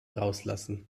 rauslassen